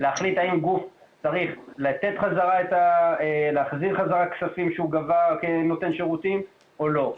להחליט האם גוף צריך להחזיר חזרה כספים שהוא גבה כנותן שירותים או לא.